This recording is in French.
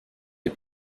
les